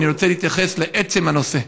אני רוצה להתייחס לעצם הנושא.